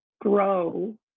grow